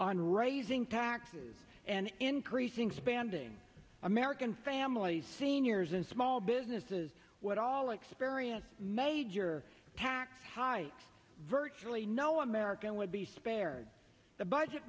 on raising taxes and increasing spending american families seniors and small businesses would all experience major tax hikes virtually no american would be spared the budget